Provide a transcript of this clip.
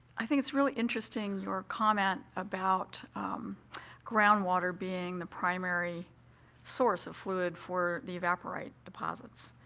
i think it's really interesting, your comment about groundwater being the primary source of fluid for the evaporite deposits,